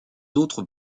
autres